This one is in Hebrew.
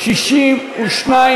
לשנת התקציב 2016,